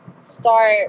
start